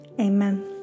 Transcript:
Amen